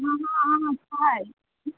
हँ हँ छै